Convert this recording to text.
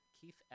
Keith